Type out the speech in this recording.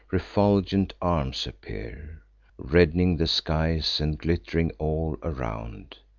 refulgent arms appear redd'ning the skies, and glitt'ring all around,